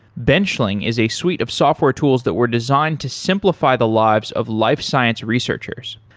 benchling is a suite of software tools that were designed to simplify the lives of life science researchers.